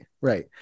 right